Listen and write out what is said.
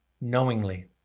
knowingly